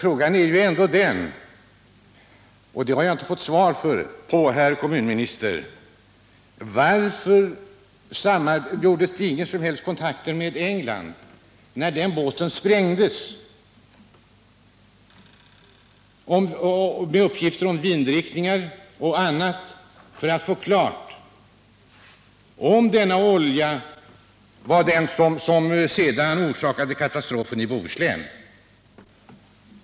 Frågan är ju ändå den, herr kommunminister: Varför togs inga som helst kontakter med England när den båten sprängdes, med uppgifter om vindriktningar och annat, för att få klarlagt om denna olja att förbättra olje var den som sedan orsakade katastrofen i Bohuslän?